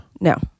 No